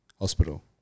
hospital